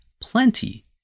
plenty